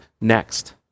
next